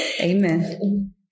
Amen